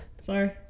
Sorry